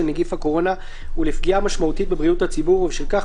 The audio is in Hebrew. נגיף הקורונה ולפגיעה משמעותית בבריאות הציבור ובשל כך